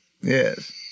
Yes